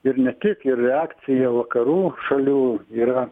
ir ne tik ir reakcija vakarų šalių yra